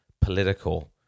political